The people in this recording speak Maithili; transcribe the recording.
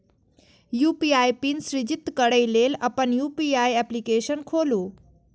यू.पी.आई पिन सृजित करै लेल अपन यू.पी.आई एप्लीकेशन खोलू